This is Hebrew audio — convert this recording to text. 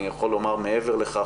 אני יכול לומר מעבר לכך,